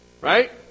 Right